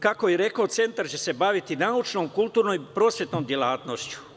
Kako je rekao, centar će se baviti naučnom, kulturnom i prosvetnom delatnošću.